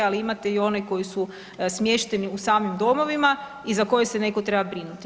Ali imate i one koji su smješteni u samim domovima i za koje se netko treba brinuti.